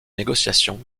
négociations